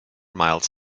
miles